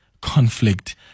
conflict